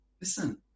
Listen